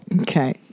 Okay